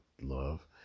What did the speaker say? love